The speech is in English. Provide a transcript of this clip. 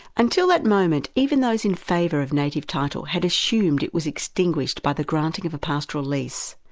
until that moment, even those in favour of native title had assumed it was extinguished by the granting of a pastoral lease.